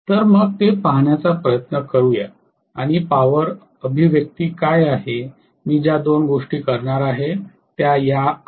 तर मग ते पाहण्याचा प्रयत्न करू या आणि पॉवर अभिव्यक्ती काय आहे मी ज्या दोन गोष्टी करणार आहे त्या या आहेत